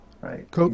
Right